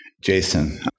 Jason